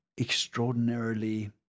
extraordinarily